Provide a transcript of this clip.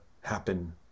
happen